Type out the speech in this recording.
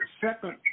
second